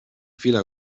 fila